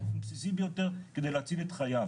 בסיסי ביותר כדי להציל את חייו